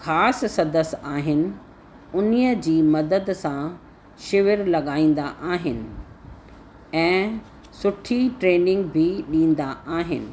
ख़ासि सदस्य आहिनि उन जी मदद सां शिविर लॻाईंदा आहिनि ऐं सुठी ट्रेनिंग बि ॾींदा आहिनि